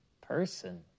person